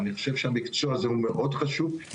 אני חושב שהמקצוע הזה הוא מאוד חשוב.